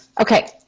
Okay